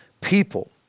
people